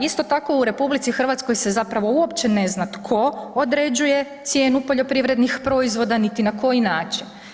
Isto tako, u RH se zapravo uopće ne zna tko određuje cijenu poljoprivrednih proizvoda niti na koji način.